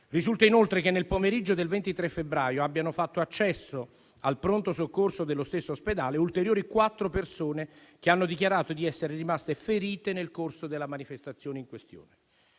Risulta inoltre che, nel pomeriggio del 23 febbraio, abbiano fatto accesso al pronto soccorso dello stesso ospedale ulteriori quattro persone che hanno dichiarato di essere rimaste ferite nel corso della manifestazione in questione.